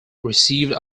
received